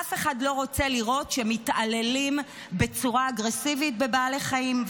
אף אחד לא רוצה לראות שמתעללים בצורה אגרסיבית בבעלי חיים,